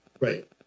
Right